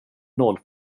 noll